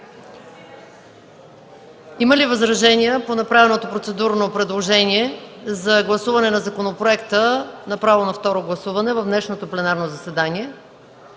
Има ли възражения по направеното процедурно предложение за гласуване на законопроекта на второ четене в днешното пленарно заседание?